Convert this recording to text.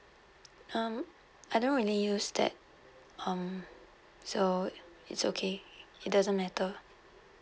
um I don't really use that um so it's okay it doesn't matter